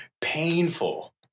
painful